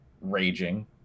raging